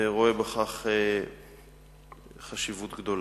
ורואה בכך חשיבות גדולה.